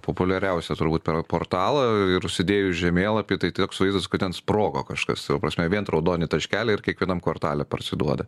populiariausia turbūt per portalą ir užsidėjus žemėlapį tai toks vaizdas kad ten sprogo kažkas ta prasme vient raudoni taškeliai ir kiekvienam kvartale parsiduoda